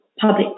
public